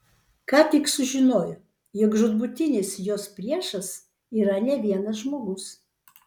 ką tik sužinojo jog žūtbūtinis jos priešas yra ne vienas žmogus